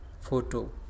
photo